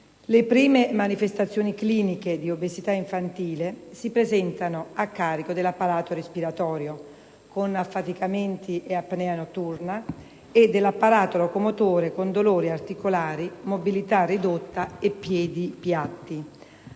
Le prime manifestazioni cliniche di obesità infantile si presentano a carico dell'apparato respiratorio, con affaticamenti e apnea notturna, e dell'apparato locomotore con dolori articolari, mobilità ridotta e piedi piatti.